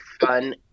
fun